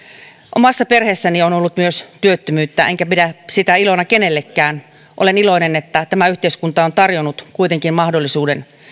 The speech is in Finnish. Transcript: omassa perheessäni on ollut myös työttömyyttä enkä pidä sitä ilona kenellekään olen iloinen että tämä yhteiskunta on tarjonnut kuitenkin mahdollisuuden